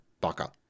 Baka